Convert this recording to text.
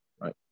right